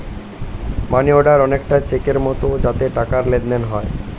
মানি order অনেকটা চেকের মতো যাতে টাকার লেনদেন হয়